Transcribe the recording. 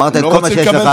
אמרת את כל מה שיש לך.